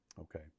okay